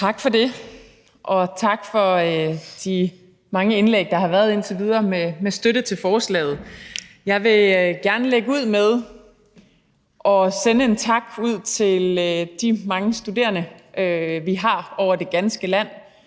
Tak for det, og tak for de mange indlæg, der har været indtil videre med støtte til forslaget. Jeg vil gerne lægge ud med at sende en tak ud til de mange studerende, vi har over det ganske land.